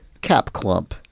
Cap-Clump